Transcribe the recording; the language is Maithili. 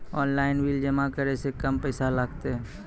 ऑनलाइन बिल जमा करै से कम पैसा लागतै?